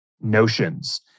notions